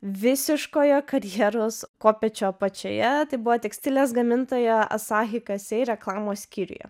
visiškoje karjeros kopėčių apačioje tai buvo tekstilės gamintoja asahi kasei reklamos skyriuje